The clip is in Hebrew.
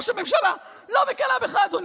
ראש הממשלה, לא מקנאה בך, אדוני.